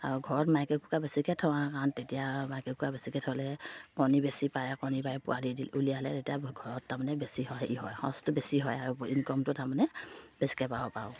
আৰু ঘৰত মাইকী কুকাৰ বেছিকৈ থওঁ কাৰণ তেতিয়া মাইকী কুকাৰ বেছিকৈ থ'লে কণী বেছি পায় আৰু কণী পায় পোৱালি দি উলিয়ালে তেতিয়া ঘৰত তাৰমানে বেছি হয় ই হয় সহজটো বেছি হয় আৰু ইনকামটো তাৰমানে বেছিকৈ পাব পাৰোঁ